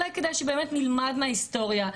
אולי כדאי שבאמת נלמד מההיסטוריה,